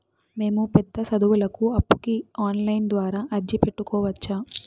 మేము పెద్ద సదువులకు అప్పుకి ఆన్లైన్ ద్వారా అర్జీ పెట్టుకోవచ్చా?